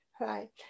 Right